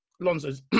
Lonzo's